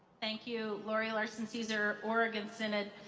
thank you, lori larson caesar, oregon synod.